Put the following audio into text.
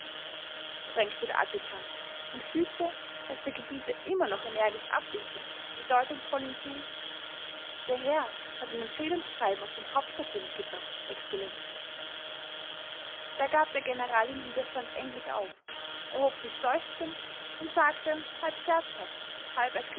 drängte der adjutant und fügte als der gebieter immer noch energisch abwinkte bedeutungsvoll hinzu der herr hat ein empfehlungsschreiben aus dem hauptquartier mitgebracht excellenz da gab der general den widerstand endlich auf erhob sich seufzend und sagte halb scherzhaft